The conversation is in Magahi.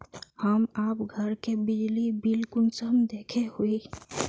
हम आप घर के बिजली बिल कुंसम देखे हुई?